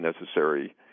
necessary